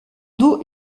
dos